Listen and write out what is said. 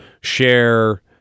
share